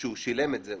כששילם את זה.